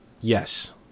Yes